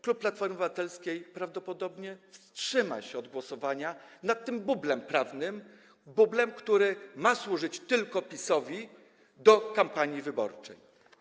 Klub Platformy Obywatelskiej prawdopodobnie wstrzyma się od głosowania nad tym bublem prawnym, bublem, który ma służyć tylko PiS-owi w kampanii wyborczej.